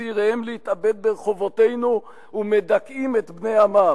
צעיריהם להתאבד ברחובותינו ומדכאים את בני עמם,